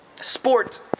Sport